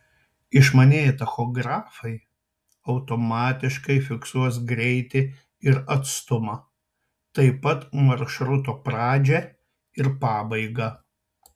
išmanieji tachografai automatiškai fiksuos greitį ir atstumą taip pat maršruto pradžią ir pabaigą